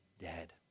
dead